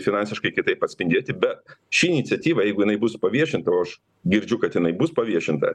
finansiškai kitaip atspindėti be ši iniciatyva jeigu jinai bus paviešinta o aš girdžiu kad jinai bus paviešinta